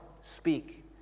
speak